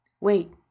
Wait